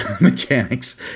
mechanics